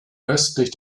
östlich